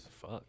Fuck